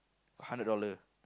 hundred dollar